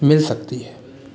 मिल सकती है